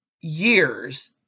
years